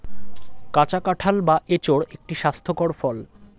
কাঁচা কাঁঠাল বা এঁচোড় একটি স্বাস্থ্যকর ফল